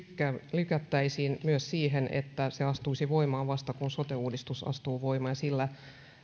lykättäisiin siten että se astuisi voimaan vasta kun sote uudistus astuu voimaan ja sillä